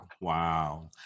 Wow